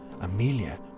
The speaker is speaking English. Amelia